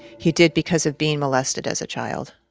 he did because of being molested as a child